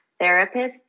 therapists